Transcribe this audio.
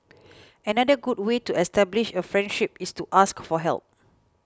another good way to establish a friendship is to ask for help